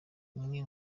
umwe